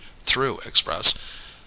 through-express